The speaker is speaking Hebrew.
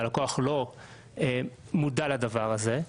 והלקוח לא מודע לדבר הזה.